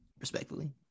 respectfully